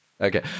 Okay